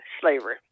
slavery